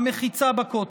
המחיצה בכותל.